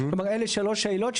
זאת אומרת, אלה שלוש העילות.